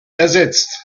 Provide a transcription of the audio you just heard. ersetzt